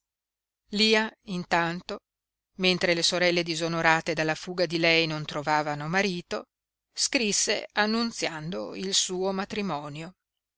lia intanto mentre le sorelle disonorate dalla fuga di lei non trovavano marito scrisse annunziando il suo matrimonio